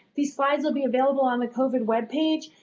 these slides will be available on the covid webpage.